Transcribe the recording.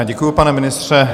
Děkuji, pane ministře.